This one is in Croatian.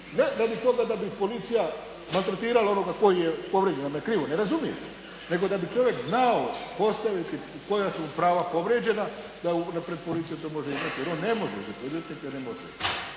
ne radi toga da bi policija maltretirala onoga koji je …/Govornik se ne razumije./… nego da bi čovjek znao postaviti koja su mu prava povrijeđena da pred policijom to može iznijeti jer on ne može to iznijeti …/Govornik se ne